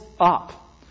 up